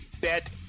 Bet